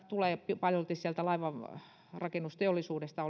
tulee paljolti sieltä laivanrakennusteollisuudesta